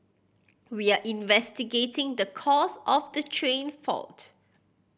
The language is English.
we are investigating the cause of the train fault